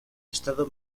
estado